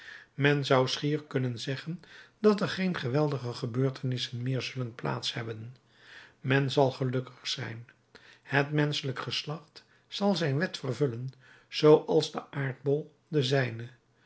men zou schier kunnen zeggen dat er geen geweldige gebeurtenissen meer zullen plaats hebben men zal gelukkig zijn het menschelijke geslacht zal zijn wet vervullen zooals de aardbol de zijne